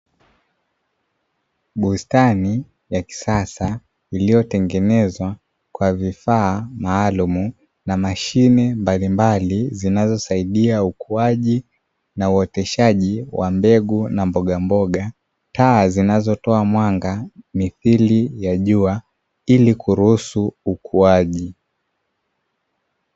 Bustani ya kisasa iliyotengenezwa kwa vifaa maalumu na mashine mbalimbali, zinazo saidia ukuaji na uoteshaji wa mbegu na mbogamboga, taa zinazotoa mwanga mithiri ya jua ili kuruhusu ukuaji.